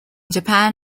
japan